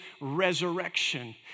resurrection